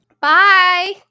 Bye